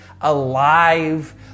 alive